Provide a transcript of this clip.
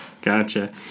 Gotcha